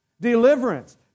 Deliverance